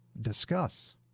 Discuss